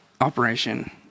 operation